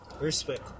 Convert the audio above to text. respect